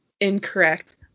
incorrect